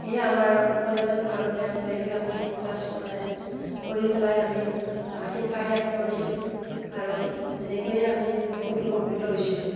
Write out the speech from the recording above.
এয়াই আমাৰ কলেজত আৰু বেলেগ আমি ক্লাছ কৰি পেলাই আমি শিক্ষা শেষ কৰিছিলোঁ আৰু এনেকৈয়ে আমি বহুত উপকৃত হৈছিলোঁ